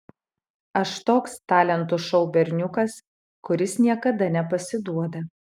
aš toks talentų šou berniukas kuris niekada nepasiduoda